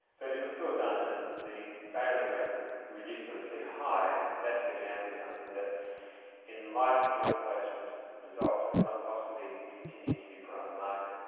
but it was still done and the failure rate was ridiculously high and that's an example of something that in light of joint replacement results could not possibly continue to be put on the market.